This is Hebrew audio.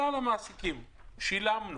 כלל המעסיקים, שילמנו.